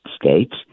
States